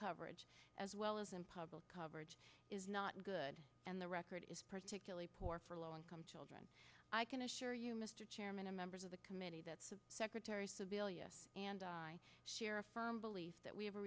coverage as well as in public coverage is not good and the record is particularly poor for low income children i can assure you mr chairman and members of the committee that's secretary sebelius and i share a firm belief that we have a